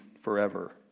forever